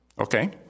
Okay